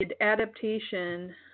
adaptation